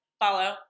follow